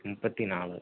முப்பத்தி நாலு